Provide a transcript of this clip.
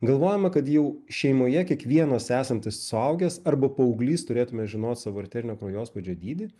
galvojama kad jau šeimoje kiekvienas esantis suaugęs arba paauglys turėtume žinot savo arterinio kraujospūdžio dydį